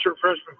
freshman